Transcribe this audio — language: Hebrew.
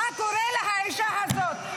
מה קורה לאישה הזאת?